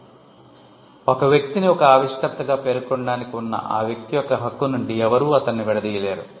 కాబట్టి ఒక వ్యక్తిని ఒక ఆవిష్కర్తగా పేర్కొనడానికి ఉన్న ఆ వ్యక్తి యొక్క హక్కు నుండి ఎవరూ అతన్ని విడదీయలేరు